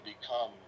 become